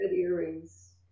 earrings